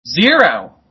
Zero